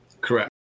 Correct